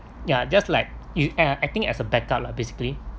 ya just like you are I think as a backup lah basically